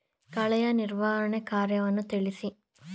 ಕಳೆಯ ನಿರ್ವಹಣಾ ಕಾರ್ಯವನ್ನು ತಿಳಿಸಿ?